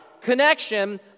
connection